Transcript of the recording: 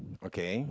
okay